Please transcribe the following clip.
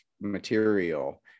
material